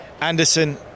Anderson